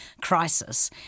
crisis